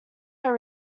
were